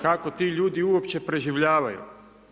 Kako ti ljudi uopće preživljavaju?